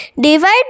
Divide